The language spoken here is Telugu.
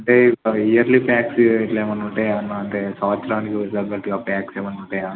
అంటే పర్ ఇయర్లీ యాప్స్ గిట్ల ఏమన్న ఉంటాయా అన్న అంటే సంవత్సరానికి వచ్చే తగ్గట్టుగా యాప్స్ ఏమన్న ఉంటయా